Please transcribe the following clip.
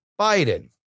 Biden